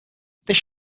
this